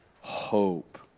hope